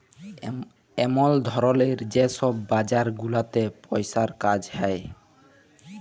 এমল ধরলের যে ছব বাজার গুলাতে পইসার কাজ হ্যয়